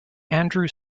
andrew